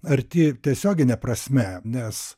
arti tiesiogine prasme nes